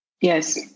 Yes